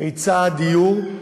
היצע הדיור,